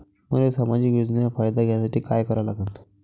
मले सामाजिक योजनेचा फायदा घ्यासाठी काय करा लागन?